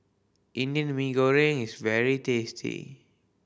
Indian Mee Goreng is very tasty